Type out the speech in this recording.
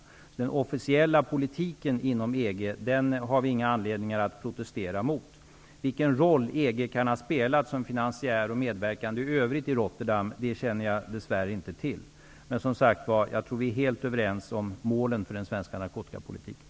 Så den officiella politiken inom EG har vi ingen anledning att protestera mot. Vilken roll EG kan ha spelat som finansiär och medverkande i övrigt i Rotterdam känner jag dess värre inte till. Jag tror som sagt att vi är helt överens om målen för den svenska narkotikapolitiken.